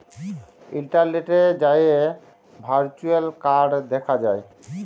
ইলটারলেটে যাঁয়ে virtual card দ্যাখা যায়